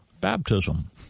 baptism